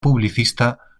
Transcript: publicista